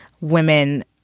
women